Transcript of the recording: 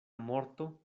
morto